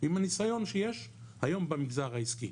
עם הניסיון שיש היום במגזר העסקי.